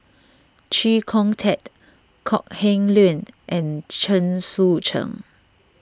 Chee Kong Tet Kok Heng Leun and Chen Sucheng